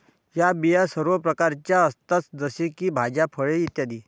या बिया सर्व प्रकारच्या असतात जसे की भाज्या, फळे इ